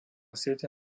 siete